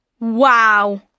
Wow